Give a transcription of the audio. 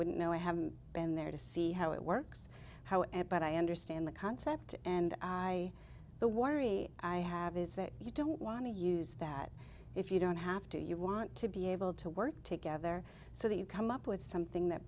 wouldn't know i haven't been there to see how it works how and but i understand the concept and i the water i have is that you don't want to use that if you don't have to you want to be able to work together so that you come up with something that